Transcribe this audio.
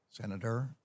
Senator